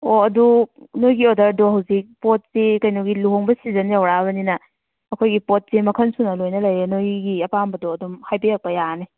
ꯑꯣ ꯑꯗꯨ ꯅꯣꯏꯒꯤ ꯑꯣꯗꯔꯗꯨ ꯍꯧꯖꯤꯛ ꯄꯣꯠꯁꯤ ꯀꯩꯅꯣꯒꯤ ꯂꯨꯍꯣꯡꯕ ꯁꯤꯖꯟ ꯌꯧꯔꯛꯑꯕꯅꯤꯅ ꯑꯩꯈꯣꯏꯒꯤ ꯄꯣꯠꯁꯦ ꯃꯈꯟ ꯁꯨꯅ ꯂꯣꯏꯅ ꯂꯩꯌꯦ ꯅꯣꯏꯒꯤ ꯑꯄꯥꯝꯕꯗꯣ ꯑꯗꯨꯝ ꯍꯥꯏꯕꯤꯔꯛꯄ ꯌꯥꯔꯅꯤ